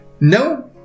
No